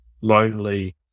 lonely